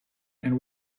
and